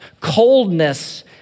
Coldness